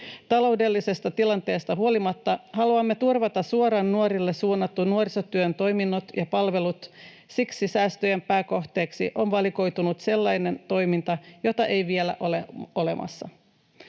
Taloudellisesta tilanteesta huolimatta haluamme turvata suoraan nuorille suunnatun nuorisotyön toiminnot ja palvelut. Siksi säästöjen pääkohteeksi on valikoitunut sellainen toiminta, jota ei vielä ole olemassa.